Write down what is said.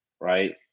right